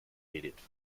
edith